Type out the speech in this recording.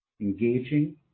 engaging